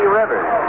rivers